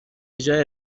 جای